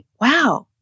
wow